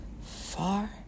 Far